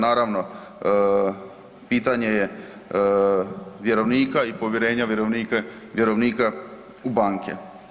Naravno pitanje je vjerovnika i povjerenja vjerovnika u banke.